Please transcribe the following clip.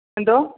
എന്തോ